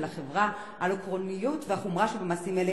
החברה על העקרוניות והחומרה שבמעשים אלה,